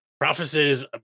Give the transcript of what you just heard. prophecies